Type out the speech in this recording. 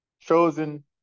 chosen